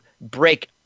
break